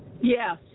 Yes